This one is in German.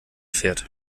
fährt